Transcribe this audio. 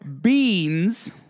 Beans